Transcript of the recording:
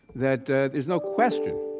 that there's no question